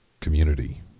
community